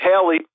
Haley